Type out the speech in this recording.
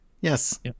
Yes